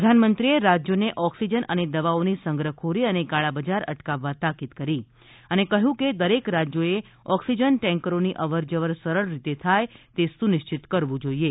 પ્રધાનમંત્રીએ રાજ્યોને ઓક્સિજન અને દવાઓની સંગ્રહખોરી અને કાળાબજાર અટકાવવા તાકીદ કરી છે અને કહ્યું કે દરેક રાજ્યોએ ઓક્સિજન ટેન્કરોની અવરજવર સરળ રીતે થાય એ સુનિશ્ચિત કરવું જોઈએ